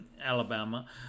alabama